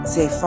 Say